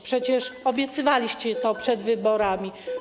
Przecież obiecywaliście to przed wyborami.